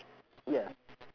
ya